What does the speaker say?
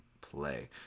play